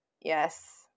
yes